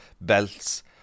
belts